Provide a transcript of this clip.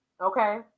okay